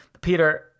Peter